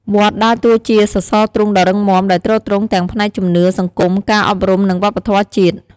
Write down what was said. វត្តដើរតួជាសសរទ្រូងដ៏រឹងមាំ ដែលទ្រទ្រង់ទាំងផ្នែកជំនឿ សង្គម ការអប់រំ និងវប្បធម៌ជាតិ។